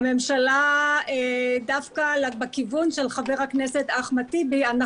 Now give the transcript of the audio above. הממשלה דווקא בכיוון של מה שאמר חבר הכנסת טיבי.